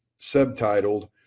subtitled